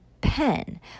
pen